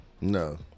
No